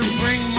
bring